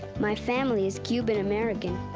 my family is cuban-american.